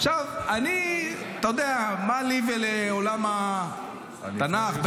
עכשיו, אני, מה לי ולעולם התנ"ך?